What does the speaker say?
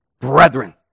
brethren